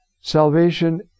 salvation